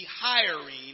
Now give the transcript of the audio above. hiring